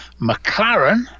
McLaren